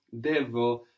devo